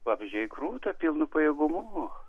vabzdžiai kruta pilnu pajėgumu